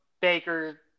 Baker